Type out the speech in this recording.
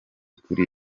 kuri